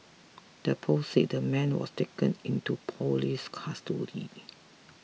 the post said the man was taken into police custody